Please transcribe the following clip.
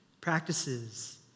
practices